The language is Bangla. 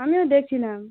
আমিও দেখছিলাম